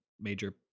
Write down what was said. major